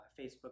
Facebook